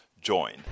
join